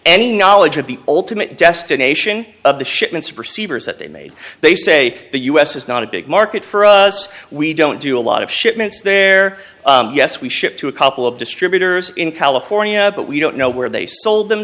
any knowledge of the ultimate destination of the shipments receivers that they made they say the us is not a big market for us we don't do a lot of shipments there yes we shipped to a couple of distributors in california but we don't know where they sold them